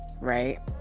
right